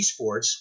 esports